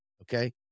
okay